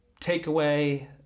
takeaway